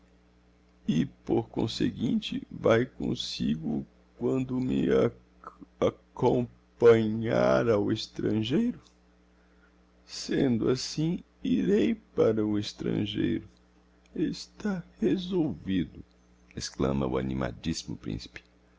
e por conseguinte vae comsigo quando me ac com ompanhar ao estrangeiro sendo assim irei para o estrangeiro está resolvido exclama o animadissimo principe